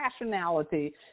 rationality